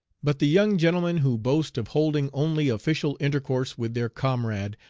but the young gentlemen who boast of holding only official intercourse with their comrade,